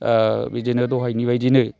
बिदिनो दहायनि बादिनो